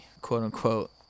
quote-unquote